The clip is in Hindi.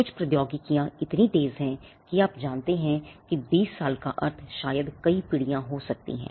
कुछ प्रौद्योगिकियां इतनी तेज है कि आप जानते हैं कि बीस साल का अर्थ शायद कई पीढ़ियां हो सकती हैं